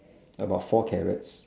about four carrots